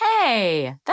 Hey